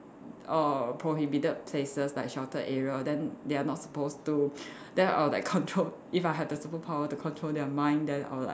or prohibited places like sheltered area then that they are not supposed to then I will like control if I had the superpower to control their mind then I will like